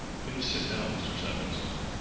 please sit down, mr. samuelson.